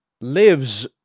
lives